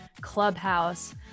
Clubhouse